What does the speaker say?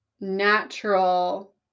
natural